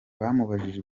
bamubajije